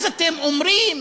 אז אתם אומרים: